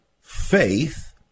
faith